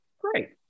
Great